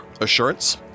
Assurance